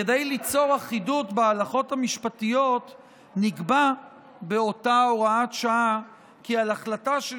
כדי ליצור אחידות בהלכות המשפטיות נקבע באותה הוראת שעה כי על החלטה של